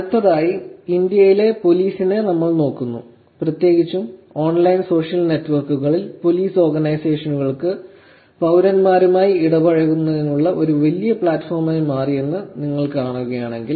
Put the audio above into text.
അടുത്തതായി ഇന്ത്യയിലെ പോലീസിംഗിനെ നമ്മൾ നോക്കുന്നു പ്രത്യേകിച്ചും ഓൺലൈൻ സോഷ്യൽ നെറ്റ്വർക്കുകൾ പോലീസ് ഓർഗനൈസേഷനുകൾക്ക് പൌരന്മാരുമായി ഇടപഴകുന്നതിനുള്ള ഒരു വലിയ പ്ലാറ്റ്ഫോമായി മാറിയെന്ന് നിങ്ങൾ കാണുകയാണെങ്കിൽ